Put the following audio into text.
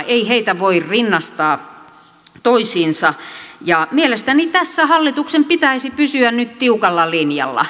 ei heitä voi rinnastaa toisiinsa ja mielestäni tässä hallituksen pitäisi pysyä nyt tiukalla linjalla